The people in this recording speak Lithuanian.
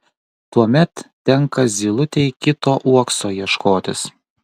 tuomet tenka zylutei kito uokso ieškotis